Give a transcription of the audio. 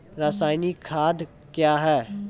रसायनिक खाद कया हैं?